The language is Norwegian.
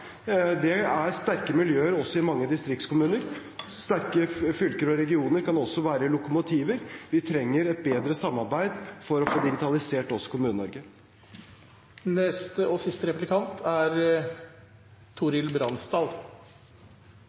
det er sterke miljøer også i mange distriktskommuner, og sterke fylker og regioner kan også være lokomotiver. Vi trenger et bedre samarbeid for å få digitalisert